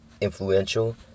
influential